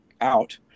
out